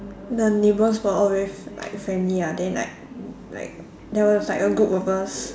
the neighbours were all very like friendly ah then like like there was like a group of us